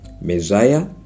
messiah